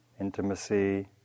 intimacy